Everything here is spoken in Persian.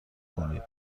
کنید